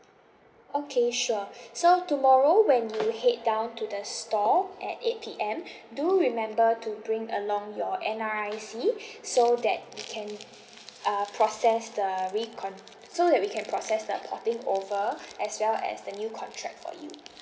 okay sure so tomorrow when your head down to the store at eight P_M do remember to bring along your N_R_I_C so that we can uh process the recon~ so that we can process the porting over as well as the new contract for you